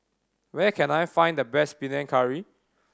where can I find the best Panang Curry